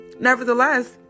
nevertheless